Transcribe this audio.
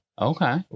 Okay